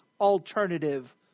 alternative